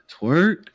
twerk